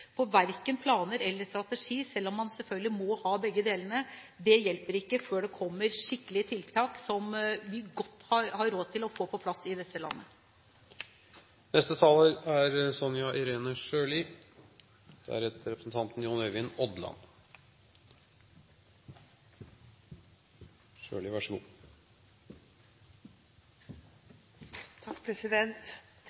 tiltak. Verken planer eller strategi – selv om man selvfølgelig må ha begge deler – hjelper, før det kommer skikkelige tiltak som vi har god råd til å få på plass i dette landet. Bent Høie har på en grundig måte redegjort for Høyres forslag om en helhetlig plan for kreftomsorgen, så